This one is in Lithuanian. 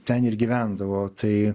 ten ir gyvendavo tai